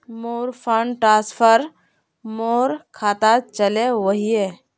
मोर fund transfer मोर खातात चले वहिये